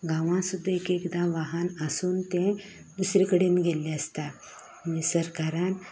गांवां सुद्दा एकएकदां वाहन आसून तें दुसरे कडेन गेल्लें आसता नि सरकारान